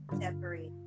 separate